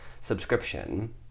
subscription